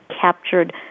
captured